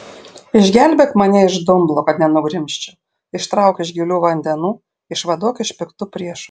išgelbėk mane iš dumblo kad nenugrimzčiau ištrauk iš gilių vandenų išvaduok iš piktų priešų